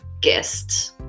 guest